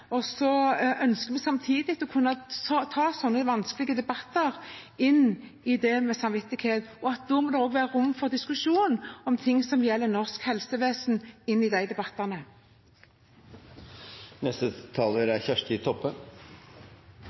Og så ønsker vi samtidig å kunne ta sånne vanskelige debatter om samvittighet. Da må det også være rom for diskusjon om ting som gjelder norsk helsevesen, i de debattene.